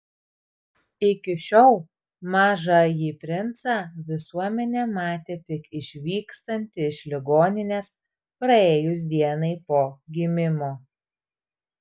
iki šiol mažąjį princą visuomenė matė tik išvykstantį iš ligoninės praėjus dienai po gimimo